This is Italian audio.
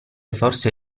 forse